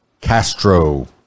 Castro